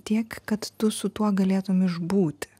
tiek kad tu su tuo galėtum išbūti